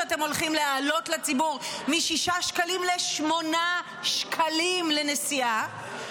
שאתם הולכים להעלות לציבור מ-6 שקלים ל-8 שקלים לנסיעה.